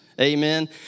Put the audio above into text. amen